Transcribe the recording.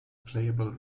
playable